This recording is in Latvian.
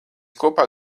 kopā